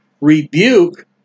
rebuke